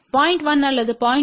1 அல்லது 0